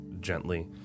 gently